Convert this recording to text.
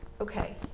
okay